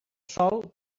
sòl